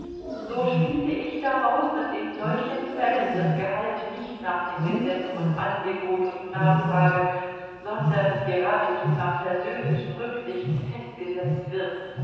so schließe ich daraus daß in solchen fällen das gehalt nicht nach dem gesetz von angebot und nachfrage sondern geradezu nach persönlichen rücksichten festgesetzt wird